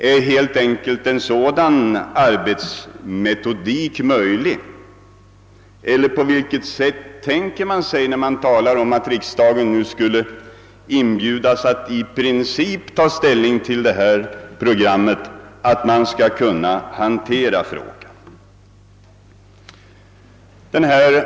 Är en sådan arbetsmetodik möjlig — eller på vilket sätt tänker man sig, när man talar om att riksdagen skulle inbjudas att i princip ta ställning till detta program, att frågan skall behandlas?